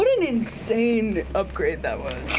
an insane upgrade that was.